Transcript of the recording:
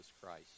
Christ